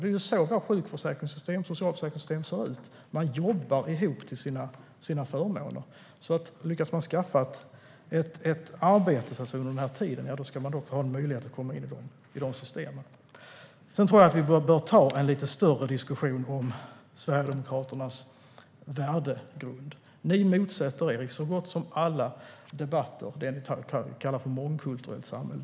Det är ju så våra sjukförsäkringssystem och socialförsäkringssystem ser ut - man jobbar ihop till sina förmåner. Lyckas man skaffa ett arbete under den tiden ska man alltså ha en möjlighet att komma in i systemen. Sedan tror jag att vi behöver ta en lite större diskussion om Sverigedemokraternas värdegrund. Ni motsätter er i så gott som alla debatter det ni kallar ett mångkulturellt samhälle.